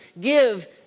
give